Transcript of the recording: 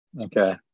Okay